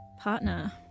partner